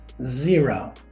Zero